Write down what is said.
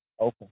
Okay